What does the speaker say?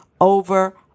over